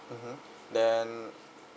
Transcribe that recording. mmhmm then